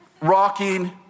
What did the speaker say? rocking